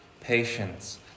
patience